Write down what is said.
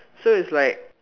so it's like